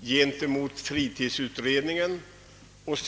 gentemot fritidsutredningen är stor.